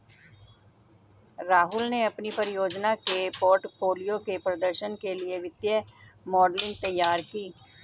राहुल ने अपनी परियोजना के पोर्टफोलियो के प्रदर्शन के लिए वित्तीय मॉडलिंग तैयार की